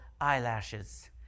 eyelashes